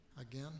again